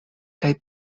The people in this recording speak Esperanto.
kaj